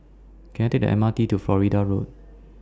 Can I Take The M R T to Florida Road